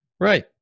Right